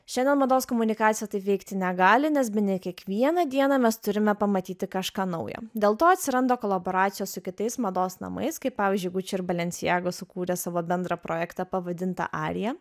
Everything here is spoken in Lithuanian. šiandien mados komunikacija taip veikti negali nes bene kiekvieną dieną mes turime pamatyti kažką naujo dėl to atsiranda kolaboracijos su kitais mados namais kaip pavyzdžiui gucci ir balencijago sukūrė savo bendrą projektą pavadintą arija